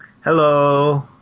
Hello